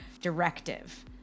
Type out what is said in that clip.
directive